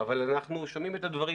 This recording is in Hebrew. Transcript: אבל אנחנו שומעים את הדברים,